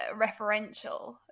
referential